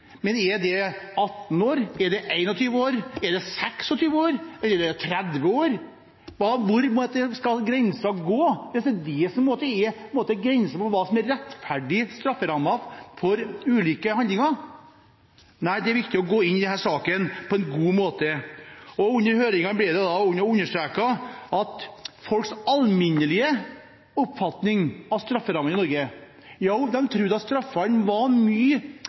men er det 18 år, er det 21 år, er det 26 år, eller er det 30 år? Hvor skal grensen gå for hva som er rettferdige strafferammer for ulike handlinger? Det er viktig å gå inn i denne saken på en god måte. Under høringen ble det understreket at folks alminnelige oppfatning av strafferammene i Norge er at de tror straffene er mye